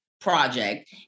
project